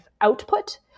output